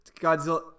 Godzilla